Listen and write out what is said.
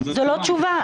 זאת לא תשובה.